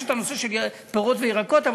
יש הנושא של פירות וירקות,